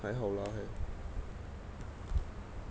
还好啦还